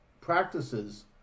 practices